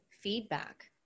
feedback